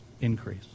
increase